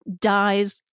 dies